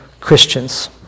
Christians